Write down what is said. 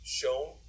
shown